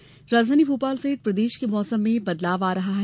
मौसम राजधानी भोपाल सहित प्रदेश के मौसम में बदलाव आ रहा है